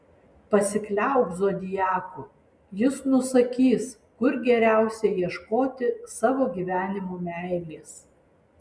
pasikliauk zodiaku jis nusakys kur geriausia ieškoti savo gyvenimo meilės